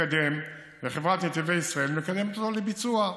מקדם, וחברת נתיבי ישראל מקדמת אותו לביצוע.